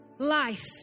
Life